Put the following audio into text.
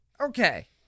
Okay